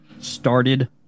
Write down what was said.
started